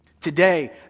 today